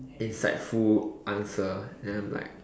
insightful answer and I'm like